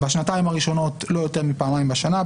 בשנתיים הראשונות לא יותר מפעמיים בשנה,